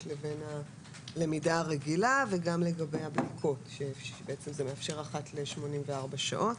לבין הלמידה הרגילה וגם לגבי ה --- שזה מאפשר אחת ל-84 שעות,